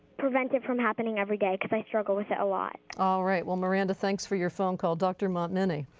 prevent it from happening every day because i struggle with it a lot. all right, well miranda thanks for your phone call. dr. montminy?